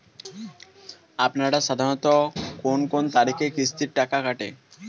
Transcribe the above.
আপনারা সাধারণত কোন কোন তারিখে কিস্তির টাকা কাটে?